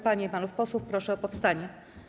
Panie i panów posłów proszę o powstanie.